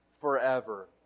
forever